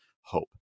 hope